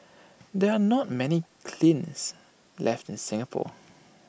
there are not many kilns left in Singapore